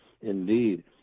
indeed